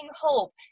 hope